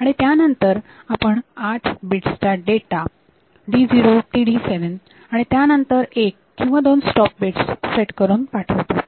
आणि त्यानंतर आपण आठ बिट्स चा डेटा d0 ते d7 आणि त्यानंतर एक किंवा दोन स्टॉप बिट्स सेट करून पाठवतो